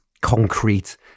concrete